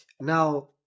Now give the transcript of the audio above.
now